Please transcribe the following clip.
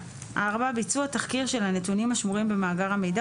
ביצוע תחקיר של הנתונים השמורים במאגר המידע,